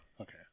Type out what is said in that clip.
Okay